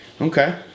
Okay